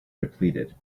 depleted